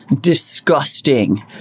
disgusting